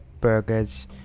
burgers